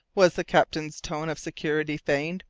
was the captain's tone of security feigned?